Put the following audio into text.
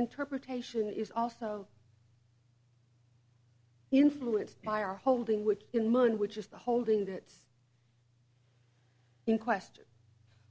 interpretation is also influenced by our holding which in mind which is the holding that in question